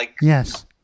Yes